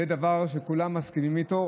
זה דבר שכולם מסכימים לו,